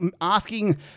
asking